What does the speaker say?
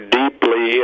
deeply